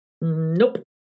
Nope